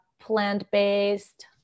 plant-based